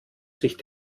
sich